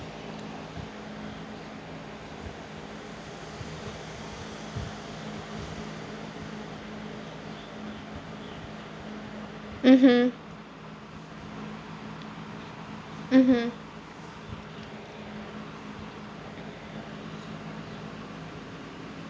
mmhmm mmhmm